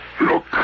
look